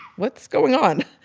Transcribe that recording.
what's going on?